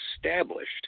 established